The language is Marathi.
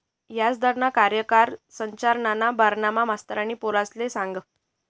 याजदरना कार्यकाय संरचनाना बारामा मास्तरनी पोरेसले सांगं